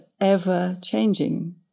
ever-changing